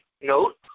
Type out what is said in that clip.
Note